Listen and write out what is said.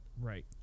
Right